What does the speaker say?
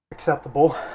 Acceptable